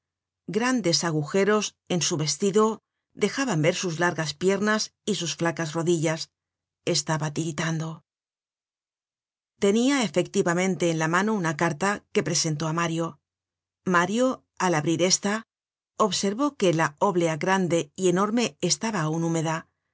grandes agujeros en su vestido dejaban ver sus largas piernas y sus flacas rodillas estaba tiritando tenia efectivamente en la mano una carta que presentó á mario mario al abrir ésta observó que la oblea grande y enorme estaba aun húmeda